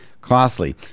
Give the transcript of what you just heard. costly